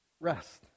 rest